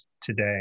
today